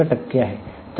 67 टक्के आहे